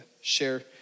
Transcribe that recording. share